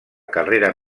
carrera